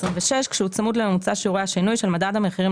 - "כשהוא צמוד לממוצע שיעורי השינוי של מדד המהירים